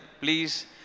Please